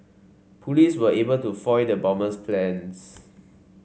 police were able to foil the bomber's plans